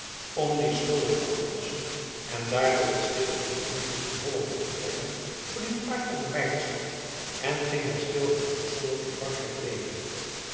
om die schulden af te lossen en daardoor het sticht aan den invloed van holland te onttrekken verliet arkel de mijterstad en ging hij stil en afgezonderd in frankrijk leven